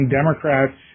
Democrats